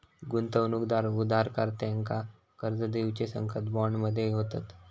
गुंतवणूकदार उधारकर्त्यांका कर्ज देऊचे संकेत बॉन्ड मध्ये होतत